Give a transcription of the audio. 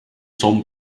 son